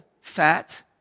fat